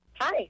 Hi